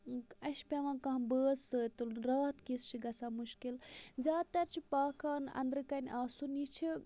اَسہِ چھُ پیٚوان کانٛہہ بٲژ سۭتۍ تُلُن راتھ کِژ چھِ گَژھان مُشکِل زیادٕ تَر چھ پاک خانہ اندرٕ کَٔنۍ آسُن یہِ چھِ